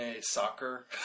soccer